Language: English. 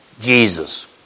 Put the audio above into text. Jesus